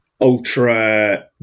ultra